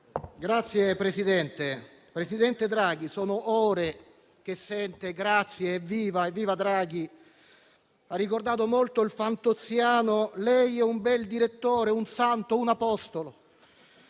Signor Presidente, signor presidente Draghi, sono ore che sente «Grazie, evviva, evviva Draghi!». Ha ricordato molto il fantozziano: «Lei è un bel direttore, un santo, un apostolo!».